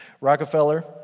Rockefeller